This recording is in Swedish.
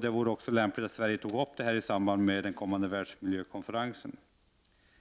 Det vore också lämpligt om Sverige tog upp dessa utsläpp i samband med den kommande världsmiljökonferensen.